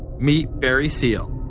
meet barry seal.